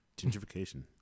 Gentrification